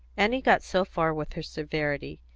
annie got so far with her severity,